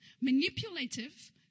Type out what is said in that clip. manipulative